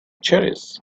cherries